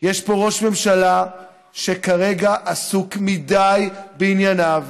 יש פה ראש ממשלה שכרגע עסוק מדי בענייניו